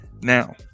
Now